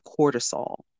cortisol